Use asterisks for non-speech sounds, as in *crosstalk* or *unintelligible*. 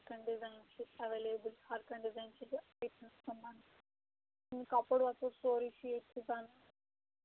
ہر کانٛہہ ڈِزایِن چھِ ایویلیبٕل ہر کانٛہہ ڈِزایِن چھِ *unintelligible* کَپُر وَپُر سورُے چھُ ییٚتی بنان